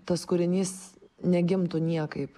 tas kūrinys negimtų niekaip